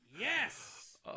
Yes